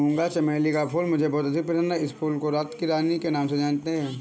मूंगा चमेली का फूल मुझे बहुत अधिक पसंद है इस फूल को रात की रानी के नाम से भी जानते हैं